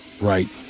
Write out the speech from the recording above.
right